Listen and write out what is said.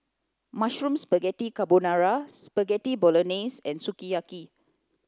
Mushroom Spaghetti Carbonara Spaghetti Bolognese and Sukiyaki